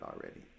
already